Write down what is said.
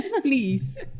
please